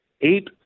eight